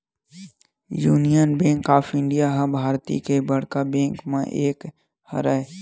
union bank of India ह भारतीय के बड़का बेंक मन म एक हरय